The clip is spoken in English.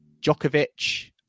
Djokovic